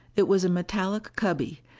it was a metallic cubby,